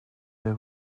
they